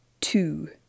Two